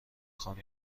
خانم